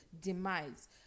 demise